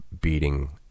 beating